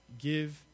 Give